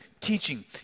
teaching